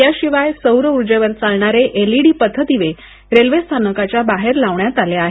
या शिवाय सौर उर्जेवर् चालणारे एलईडी पथदिवे रेल्वे स्थानाकाच्या बाहेर लावण्यात आले आहेत